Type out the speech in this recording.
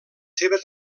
seves